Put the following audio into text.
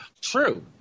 true